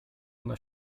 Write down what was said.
ona